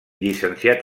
llicenciat